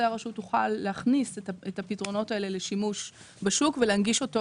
הרשות תוכל להכניס את הפתרונות האלה לשימוש בשוק ולהנגיש אותו